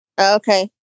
Okay